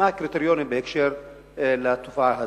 מה הקריטריונים בקשר לתופעה הזו?